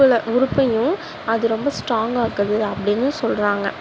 உறுப்பையும் அது ரொம்ப ஸ்ட்ராங் ஆக்குது அப்படினு சொல்கிறாங்க